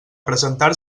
presentar